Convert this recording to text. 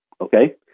Okay